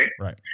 Right